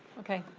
okay,